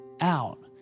out